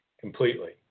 completely